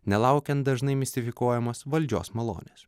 nelaukiant dažnai mistifikuojamas valdžios malonės